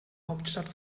hauptstadt